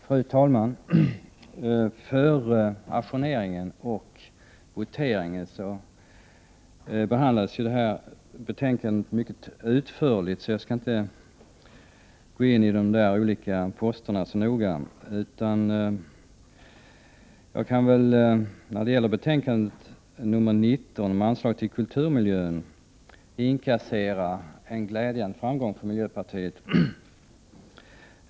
Fru talman! Före ajourneringen och voteringen behandlades det här betänkandet mycket utförligt, och jag skall inte gå in på de olika posterna så noga. När det gäller kulturutskottets betänkande 19 om anslag till kulturmiljön kan jag inkassera en glädjande framgång för miljöpartiet.